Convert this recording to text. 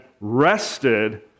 rested